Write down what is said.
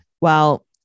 Well-